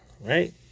right